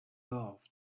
off